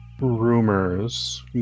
rumors